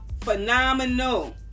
phenomenal